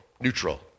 neutral